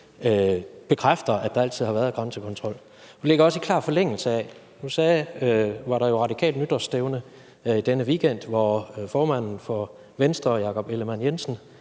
bekræfter, at der altid har været grænsekontrol. Nu var der jo radikalt nytårsstævne i denne weekend, hvor formanden for Venstre – Jakob Ellemann-Jensen